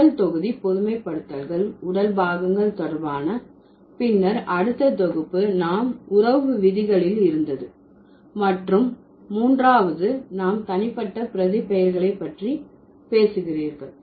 முதல் தொகுதி பொதுமைப்படுத்தல்கள் உடல் பாகங்கள் தொடர்பான பின்னர் அடுத்த தொகுப்பு நாம் உறவு விதிகளில் இருந்தது மற்றும் மூன்றாவது நாம் தனிப்பட்ட பிரதிபெயர்களை பற்றி பேசுகிறீர்கள்